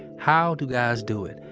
how do guys do it?